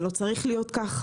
זה לא צריך להיות כך,